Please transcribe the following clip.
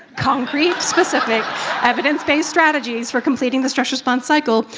concrete specific evidence-based strategies for completing the stress response cycle.